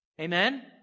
Amen